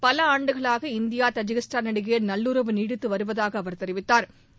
பல ஆண்டுகளாக India Tajikistan இடையே நல்லுறவு நீடித்து வருவதாக அவர் தெரிவித்தாா்